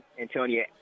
Antonia